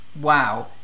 Wow